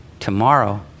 tomorrow